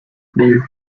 been